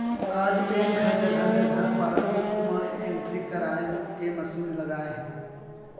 आज बेंक ह जघा जघा पासबूक म एंटरी कराए के मसीन लगाए हे